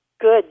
Good